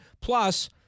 Plus